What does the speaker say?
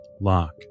lock